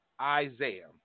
Isaiah